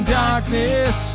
darkness